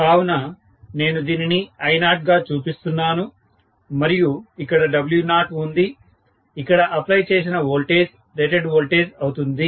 కావున నేను దీనిని I0 గా చూపిస్తున్నాను మరియు ఇక్కడ W0 ఉంది ఇక్కడ అప్లై చేసిన వోల్టేజ్ రేటెడ్ వోల్టేజ్ అవుతుంది